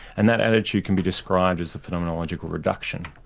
and that attitude can be described as the phenomenological reduction.